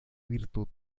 virtud